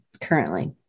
currently